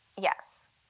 Yes